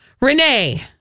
Renee